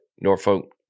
norfolk